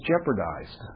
jeopardized